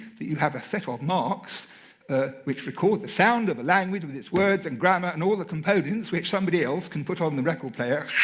that you have a set of marks ah which record the sound of the language with its words and grammar and all the components which somebody else can put on the record player